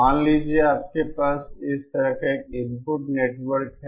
मान लीजिए आपके पास इस तरह का एक इनपुट नेटवर्क है